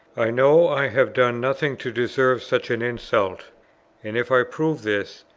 i know i have done nothing to deserve such an insult, and if i prove this,